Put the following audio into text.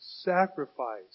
sacrifice